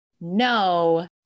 no